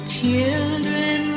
children